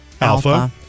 alpha